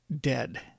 dead